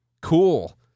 Cool